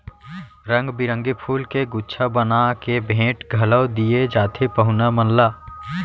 रंग बिरंगी फूल के गुच्छा बना के भेंट घलौ दिये जाथे पहुना मन ला